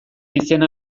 izena